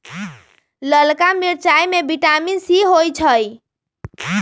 ललका मिरचाई में विटामिन सी होइ छइ